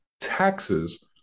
taxes